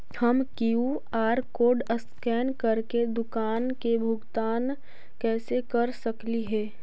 हम QR code scan करके दुकान में भुगतान कैसे कर सकली हे?